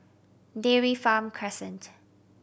Dairy Farm Crescent